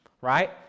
Right